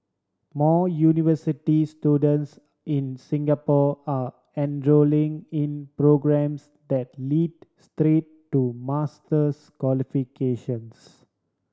more university students in Singapore are enrolling in programmes that lead straight to master's qualifications